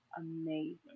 amazing